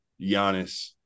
Giannis